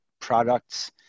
products